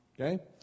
Okay